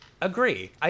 Agree